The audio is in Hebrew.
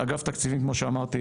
אגף תקציבים כמו שאמרתי,